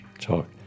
talk